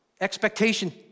expectation